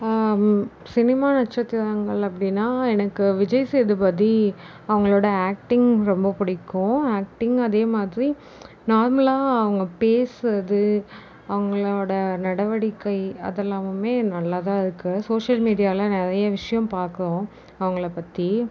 cinema நட்சத்திரங்கள் அப்படினா எனக்கு விஜய் சேதுபதி அவங்களோட ஆக்டிங் ரொம்ப பிடிக்கும் ஆக்டிங் அதே மாதிரி நார்மலாக அவங்க பேசுவது அவங்களோட நடவடிக்கை அதெலாமுமே நல்லாதான் இருக்குது சோஷியல் மீடியாவில் நிறைய விஷயம் பார்க்குறோம் அவங்கள பற்றி